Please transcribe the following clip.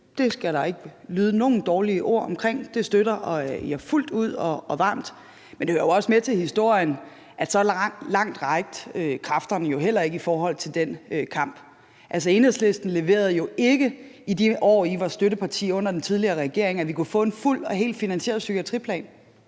Det skal der ikke lyde nogen dårlige ord omkring, og det støtter jeg fuldt ud og varmt. Men det hører jo også med til historien, at så langt rakte kræfterne heller ikke i forhold til den kamp. Enhedslisten leverede jo i de år, hvor I var støtteparti under den tidligere regering, ikke, at vi kunne få en fuldt og helt finansieret psykiatriplan.